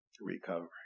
recovery